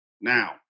Now